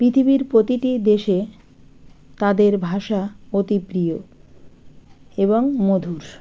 পিথিবীর প্রতিটি দেশে তাদের ভাষা অতি প্রিয় এবং মধুর